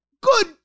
good